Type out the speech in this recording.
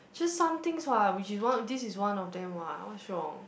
just some things [what] which is one this is one of them [what] what's wrong